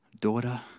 daughter